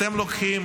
אתם לוקחים